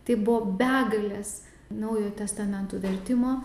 tai buvo begalės naujojo testamento vertimo